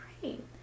Great